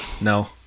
No